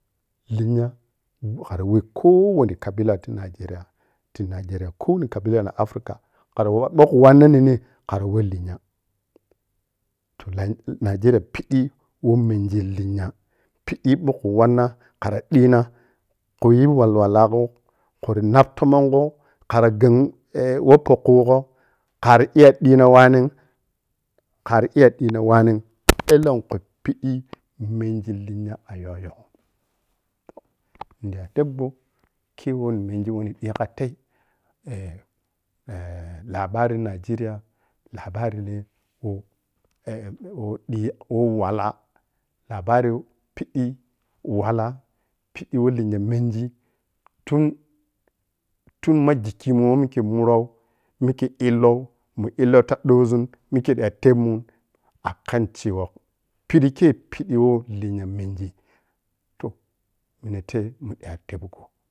Lenya kara weh ko wani kabila ti nigeria, ti nigeria kowani kabi la na africa karma ɓoh khu wanna nennei kari huh linya. To nigeria piɓɓi we mengi lenya, piɓɓi boh khu wanna khara ɓina kuyi walwalaghu kuri nab to mongho kara gham eh weh po kugho kari iya ɓina wanen kari iya ɓina wanne elenku piɓɓi mengi linya a yog-yoghi munda teb go khe woni munfi wohni ɓi khatei eh-eh labari nigeriya labari ni oh eh oh weh wallahi labari piɓɓi wallah pɓɓi woh linya mengi tun tun magigthimu woh mikhe mukhe illou mun illo ta ɓozun mukhe da tebmun akan cewa piɓɓi khe piɓɓi we linya mengi toh- minate mu ɓiya tebgo.